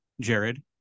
Jared